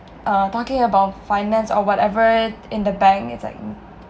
uh talking about finance or whatever in the bank it's like